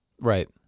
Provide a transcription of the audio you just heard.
Right